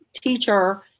Teacher